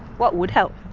what would help?